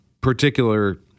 particular